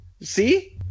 See